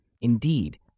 Indeed